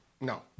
No